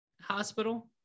hospital